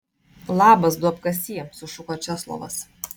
labas duobkasy sušuko česlovas